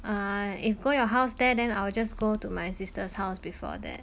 err if go your house there then I will just go to my sister's house before that